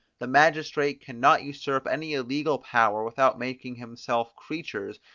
the magistrate can not usurp any illegal power without making himself creatures,